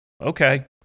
okay